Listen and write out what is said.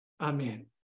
Amen